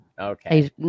Okay